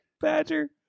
Badger